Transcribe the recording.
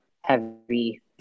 heavy